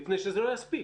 מפני שזה לא יספיק